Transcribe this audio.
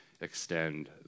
extend